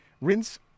Rinse